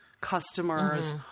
customers